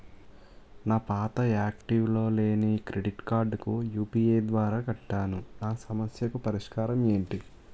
నా పాత యాక్టివ్ లో లేని క్రెడిట్ కార్డుకు యు.పి.ఐ ద్వారా కట్టాను నా సమస్యకు పరిష్కారం ఎంటి?